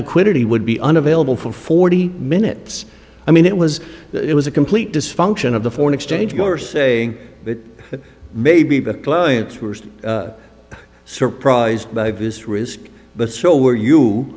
liquidity would be unavailable for forty minutes i mean it was it was a complete dysfunction of the foreign exchange your saying that maybe the clients were surprised by this risk but so were you